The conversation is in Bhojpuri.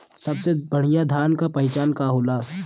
सबसे बढ़ियां धान का पहचान का होला?